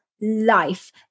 life